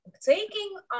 Taking